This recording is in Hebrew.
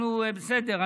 אנחנו בסדר,